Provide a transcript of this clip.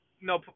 no